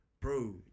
bro